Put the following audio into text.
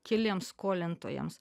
keliems skolintojams